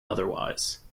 otherwise